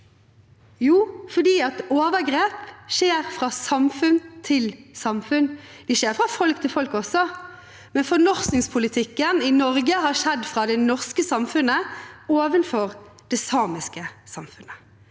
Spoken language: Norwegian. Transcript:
Jo, fordi overgrep skjer fra samfunn til samfunn. De skjer fra folk til folk også, men fornorskningspolitikken i Norge har skjedd fra det norske samfunnets side overfor det samiske samfunnet.